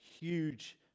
huge